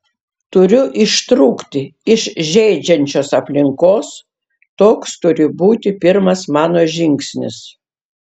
turiu ištrūkti iš žeidžiančios aplinkos toks turi būti pirmas mano žingsnis